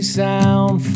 sound